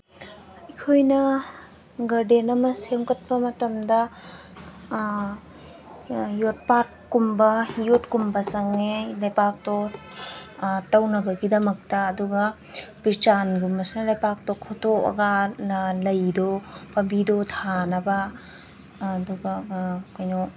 ꯑꯩꯈꯣꯏꯅ ꯒꯥꯔꯗꯦꯟ ꯑꯃ ꯁꯦꯝꯒꯠꯄ ꯃꯇꯝꯗ ꯌꯣꯠꯄꯥꯛ ꯀꯨꯝꯕ ꯌꯣꯠ ꯀꯨꯝꯕ ꯆꯪꯉꯦ ꯂꯩꯕꯥꯛꯇꯣ ꯇꯧꯅꯕꯒꯤꯗꯃꯛꯇ ꯑꯗꯨꯒ ꯕꯦꯔꯆꯥꯟꯒꯨꯝꯕꯁꯤꯅ ꯂꯩꯕꯥꯛꯇꯣ ꯈꯣꯠꯇꯣꯛꯑꯒ ꯂꯩꯗꯣ ꯄꯥꯝꯕꯤꯗꯣ ꯊꯥꯅꯕ ꯑꯗꯨꯒ ꯀꯩꯅꯣ